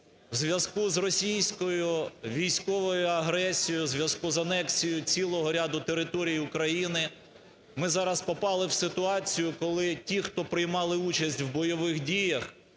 в зв'язку з російською військовою агресією, в зв'язку з анексією цілого ряду територій України. Ми зараз попали в ситуацію, коли ті, хто приймали участь в бойових діях